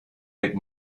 mit